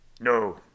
No